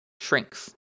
shrinks